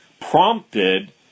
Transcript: prompted